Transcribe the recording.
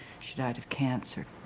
she died of cancer.